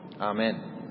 Amen